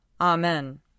Amen